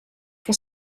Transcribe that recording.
que